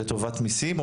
לטובת מיסים,